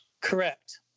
Correct